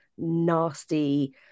Nasty